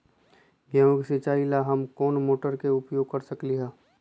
गेंहू के सिचाई ला हम कोंन मोटर के उपयोग कर सकली ह?